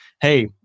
hey